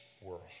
world